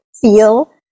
feel